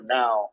now